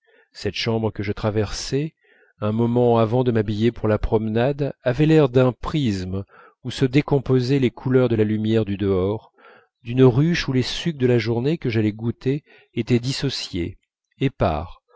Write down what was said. cette chambre que je traversais un moment avant de m'habiller pour la promenade avait l'air d'un prisme où se décomposaient les couleurs de la lumière du dehors d'une ruche où les sucs de la journée que j'allais goûter étaient dissociés épars